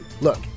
Look